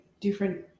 different